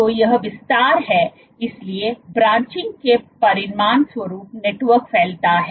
तो यह विस्तार है इसलिए ब्रांचिंग के परिणामस्वरूप नेटवर्क फैलता है